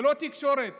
ללא תקשורת